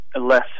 less